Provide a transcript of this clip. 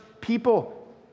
people